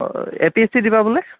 এ P S C দিবা বোলে